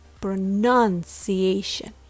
pronunciation